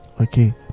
okay